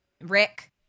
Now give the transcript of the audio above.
Rick